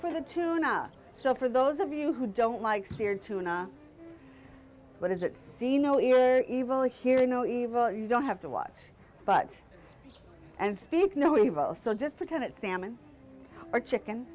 for the tuna so for those of you who don't like seared tuna what is it seen no ear evil hear no evil you don't have to watch but and speak no evil so just pretend it salmon or chicken